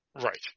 Right